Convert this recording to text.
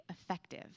effective